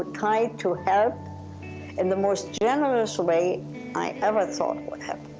tried to help in the most generous way i ever thought would happen.